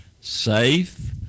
safe